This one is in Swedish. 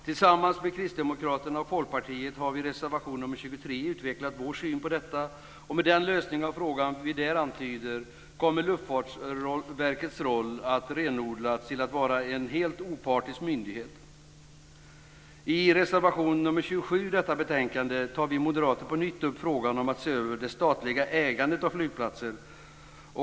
Tillsammans med Kristdemokraterna och Folkpartiet har vi i reservation 23 utvecklat vår syn på detta. Men den lösning av frågan som vi där antyder kommer Luftfartsverkets roll att renodlas till att vara en helt opartisk myndighet. I reservation 27 i detta betänkande tar vi moderater på nytt upp frågan om att se över det statliga ägandet av flygplatser.